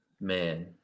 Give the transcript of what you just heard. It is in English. man